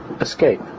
Escape